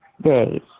days